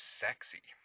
sexy